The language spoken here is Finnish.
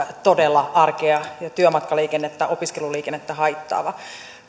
todella arkea ja työmatkaliikennettä opiskeluliikennettä haittaava